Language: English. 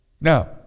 Now